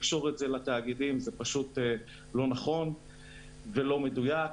לקשור את זה לתאגידים זה פשוט לא נכון ולא מדויק.